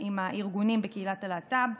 הארגונים בקהילת הלהט"ב.